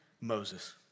Moses